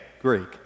Greek